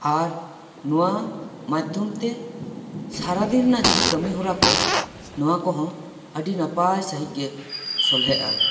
ᱟᱨ ᱱᱚᱣᱟ ᱢᱟᱫᱷᱚᱢ ᱛᱮ ᱥᱟᱨᱟ ᱫᱤᱱ ᱨᱮᱱᱟᱜ ᱠᱟᱹᱢᱤ ᱦᱚᱨᱟ ᱠᱚ ᱱᱚᱣᱟ ᱠᱚᱦᱚᱸ ᱟᱹᱰᱤ ᱱᱟᱯᱟᱭ ᱥᱟᱹᱦᱤᱡ ᱜᱮ ᱥᱚᱞᱦᱮᱜᱼᱟ